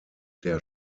der